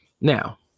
Now